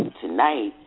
tonight